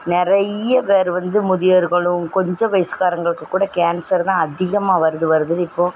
நிறைய பேர் வந்து முதியோர்களும் கொஞ்ச வயதானவங்களுக்கு கூட கேன்சர் தான் அதிகமாக வருது வருது இப்போது